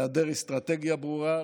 היא היעדר אסטרטגיה ברורה.